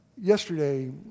Yesterday